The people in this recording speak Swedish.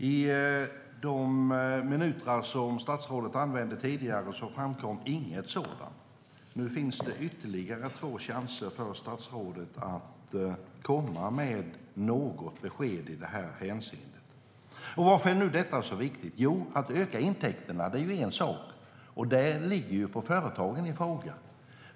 Under de minuter som statsrådet tidigare använde framkom det ingenting sådant. Nu finns det ytterligare två chanser för statsrådet att komma med något besked i det här hänseendet. Och varför är nu detta så viktigt? Att öka intäkterna är en sak, och det ligger på företagen i fråga.